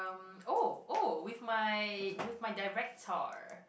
um oh oh with my with my director